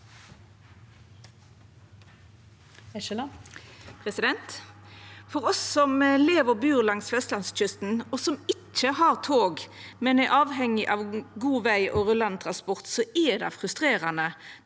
For oss som lever og bur langs vestlandskysten, og som ikkje har tog, men er avhengige av god veg og rullande transport, er det frustrerande